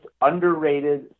underrated